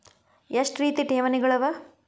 ಎಷ್ಟ ರೇತಿ ಠೇವಣಿಗಳ ಅವ?